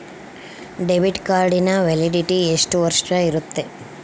Debit ಕಾರ್ಡಿನ validity ಎಷ್ಟು ವರ್ಷ ಇರುತ್ತೆ?